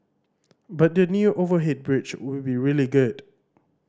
but the new overhead bridge will be really good